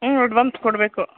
ಹ್ಞೂ ಅಡ್ವಾನ್ಸ್ ಕೊಡಬೇಕು